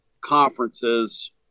conferences